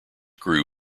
grew